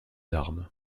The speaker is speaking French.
armes